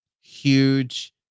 Huge